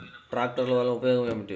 ట్రాక్టర్లు వల్లన ఉపయోగం ఏమిటీ?